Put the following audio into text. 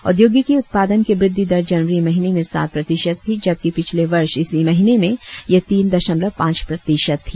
औद्योगिकी उत्पादन की वृद्धि दर जनवरी महीने में सात प्रतिशत थी जबकि पिछले वर्ष इसी महीने में यह तीन दशमलव पांच प्रतिशत थी